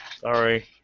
Sorry